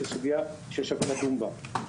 כסוגיה ששווה לדון בה.